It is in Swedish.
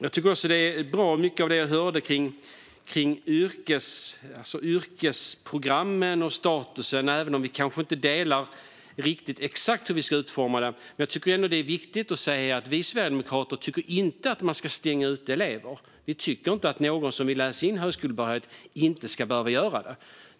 Jag tycker att mycket av det som sas om statusen för yrkesprogrammen var bra, även om vi inte riktigt delar uppfattning om den exakta utformningen. Jag tycker ändå att det är viktigt att säga att vi sverigedemokrater inte tycker att man ska utestänga elever. Vi tycker inte att den som vill läsa in högskolebehörighet inte ska få göra det.